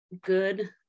good